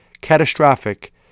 catastrophic